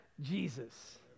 Jesus